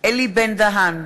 אלי בן-דהן,